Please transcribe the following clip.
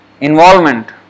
involvement